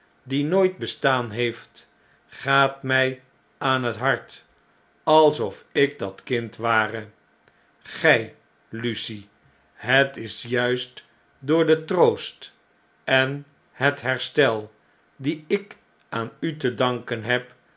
die nooit bestaan heeft gaat mij aan het hart alsof i k dat kind ware glj lucie het is juist door dentroosten het herstel die ik aan u te danken heb